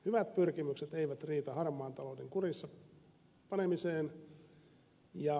hyvät pyrkimykset eivät riitä harmaan talouden kuriin panemiseen